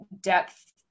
depth